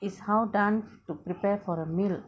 is how done to prepare for a meal